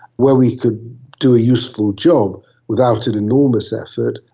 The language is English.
where we could do a useful job without an enormous effort,